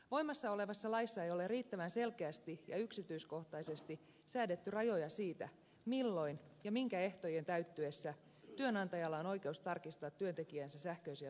voimassa olevassa laissa ei ole riittävän selkeästi ja yksityiskohtaisesti säädetty rajoja siitä milloin ja minkä ehtojen täyttyessä työnantajalla on oikeus tarkistaa työntekijänsä sähköisiä tunnistamistietoja